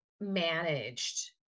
managed